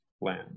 land